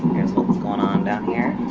here's but what's going on down here.